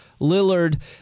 Lillard